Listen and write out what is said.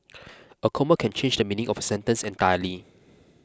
a comma can change the meaning of a sentence entirely